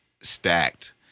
stacked